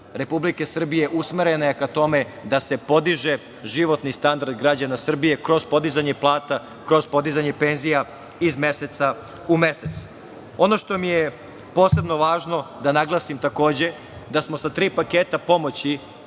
Republike Srbije usmerena je ka tome da se podiže životni standard građana Srbije, kroz podizanje plata, kroz podizanje penzija, iz meseca u mesec. Ono što mi je posebno važno da naglasim, takođe, da smo sa tri paketa pomoći